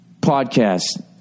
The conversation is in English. podcast